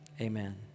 Amen